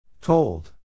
Told